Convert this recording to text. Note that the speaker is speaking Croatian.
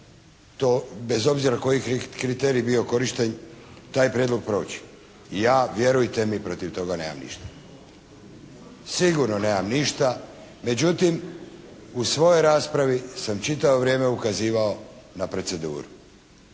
će bez obzira koji kriterij bio korišten, taj prijedlog proći. Ja vjerujte mi, protiv toga nemam ništa. Sigurno nemam ništa. Međutim u svojoj raspravi sam čitavo vrijeme ukazivao na proceduru.